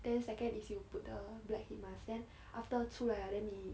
then second is you put the black head mask then after 出来了 then 你